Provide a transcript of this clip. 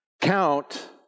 Count